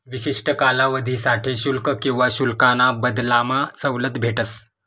विशिष्ठ कालावधीसाठे शुल्क किवा शुल्काना बदलामा सवलत भेटस